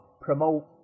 promote